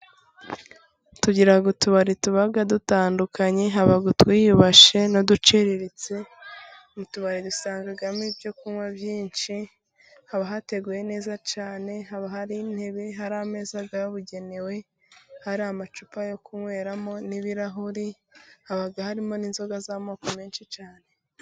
Tugira utubari tuba dutandukanye ,haba utwiyubashye n'uduciriritse ,mu tubari dusangamo ibyo kunywa byinshi, haba hateguye neza cyane, haba hari intebe, hari ameza yabugenewe ,hari amacupa yo kunyweramo n'ibirahuri, haba harimo n'inzoga z'amoko menshi cyane.